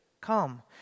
Come